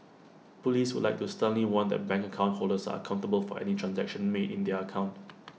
Police would like to sternly warn that bank account holders are accountable for any transaction made in their account